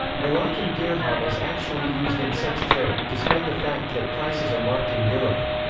moroccan dirham is actually used in such trade, despite the fact that prices are marked in euro.